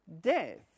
death